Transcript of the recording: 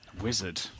wizard